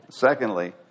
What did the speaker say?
Secondly